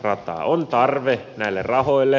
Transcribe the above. on tarve näille rahoille